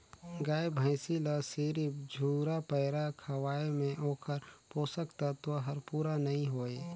गाय भइसी ल सिरिफ झुरा पैरा खवाये में ओखर पोषक तत्व हर पूरा नई होय